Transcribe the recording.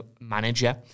manager